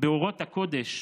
באורות הקודש,